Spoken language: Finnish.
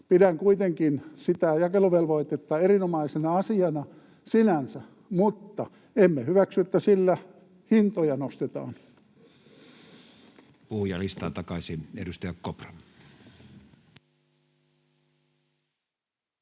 Pidän kuitenkin sitä jakeluvelvoitetta erinomaisena asiana sinänsä, mutta emme hyväksy, että sillä hintoja nostetaan. [Speech 189] Speaker: